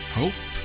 hope